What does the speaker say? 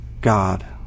God